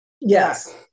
Yes